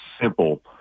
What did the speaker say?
simple